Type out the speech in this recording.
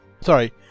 Sorry